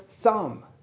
thumb